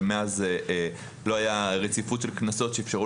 ומאז לא הייתה רציפות של כנסות שאפשרו